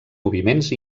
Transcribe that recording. moviments